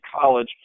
college